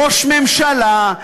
ראש ממשלה,